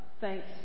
Thanks